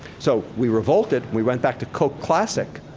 so, we revolted. we went back to coke classic,